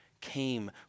came